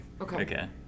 Okay